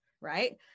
right